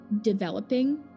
developing